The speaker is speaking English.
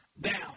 Down